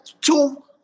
two